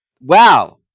wow